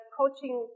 coaching